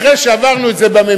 אחרי שהעברנו את זה בממשלה,